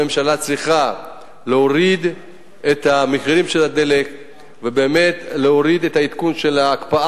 הממשלה צריכה להוריד את המחירים של הדלק ובאמת להוריד את הקפאת